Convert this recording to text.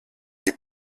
des